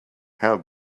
how